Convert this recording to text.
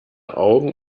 augen